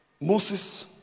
Moses